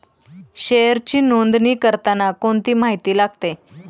शेअरची नोंदणी करताना कोणती माहिती लागते?